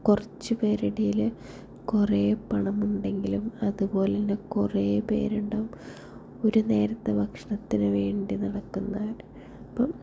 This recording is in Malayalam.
കുറച്ച് പേരുടെ കയ്യിൽ കുറേ പണമുണ്ടെങ്കിലും അത് പോലെ തന്നെ കുറേ പേരുണ്ടാകും ഒരു നേരത്തെ ഭക്ഷണത്തിനു വേണ്ടി നടക്കുന്നവർ അപ്പം